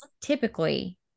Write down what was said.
typically